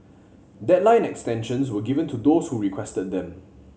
deadline extensions were given to those who requested them